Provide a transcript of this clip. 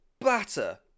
BATTER